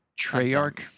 Treyarch